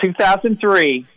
2003